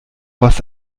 was